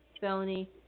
felony